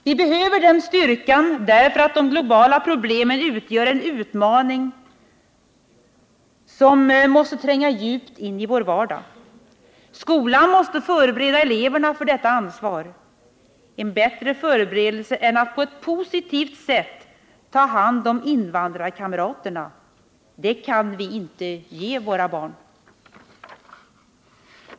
Vi behöver den styrkan därför att de globala problemen utgör en utmaning som måste tränga djupt in i vår vardag. Skolan måste förbereda eleverna för detta ansvar. En bättre förberedelse än att på ett positivt sätt ta hand om invandrarkamraterna kan vi inte ge våra barn.